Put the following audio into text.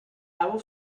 ever